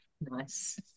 nice